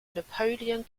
napoleon